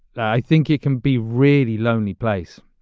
i think it can be really lonely place,